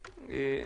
בזום.